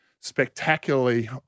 spectacularly